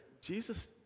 Jesus